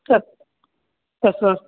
ಸರಿ ಸರಿ ಸರ್